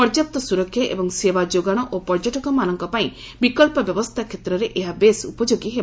ପର୍ଯ୍ୟାପ୍ତ ସୁରକ୍ଷା ଏବଂ ସେବା ଯୋଗାଣ ଓ ପର୍ଯ୍ୟଟକମାନଙ୍କ ପାଇଁ ବିକଚ୍ଚ ବ୍ୟବସ୍ଥା କ୍ଷେତ୍ରରେ ଏହା ବେଶ୍ ଉପଯୋଗୀ ହେବ